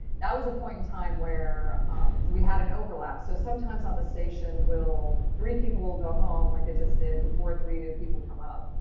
that was a point in time where we had an overlap. so sometimes on the station will three people will go home like they just did before. three new people come up.